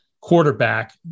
quarterback